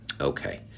Okay